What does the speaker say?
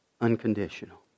unconditional